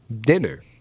Dinner